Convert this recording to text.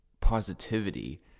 positivity